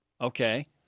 Okay